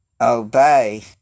obey